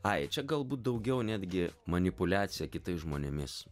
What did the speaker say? ai čia galbūt daugiau netgi manipuliacija kitais žmonėmis